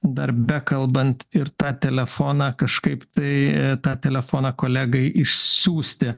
dar bekalbant ir tą telefoną kažkaip tai tą telefoną kolegai išsiųsti